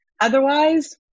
Otherwise